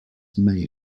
may